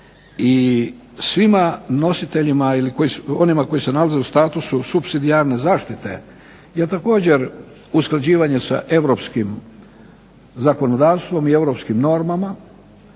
i svima nositeljima ili onima koji se nalaze u statusu supsidijarne zaštite je također usklađivanje sa europskim zakonodavstvom i europskim normama.